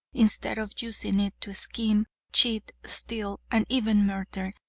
instead of using it to scheme, cheat, steal, and even murder,